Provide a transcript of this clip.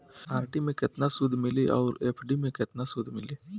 RD मे केतना सूद मिली आउर एफ.डी मे केतना सूद मिली?